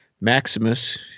maximus